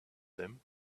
them